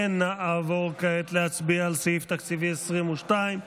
נעבור כעת להצביע על סעיף תקציבי 22,